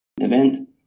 event